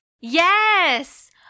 yes